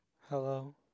Hello